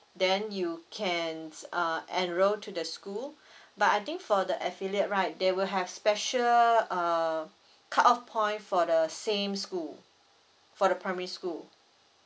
then you can uh enrol to the school but I think for the affiliate right they will have special uh cutoff point for the same school for the primary school